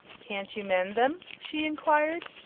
can't you mend them? she enquired.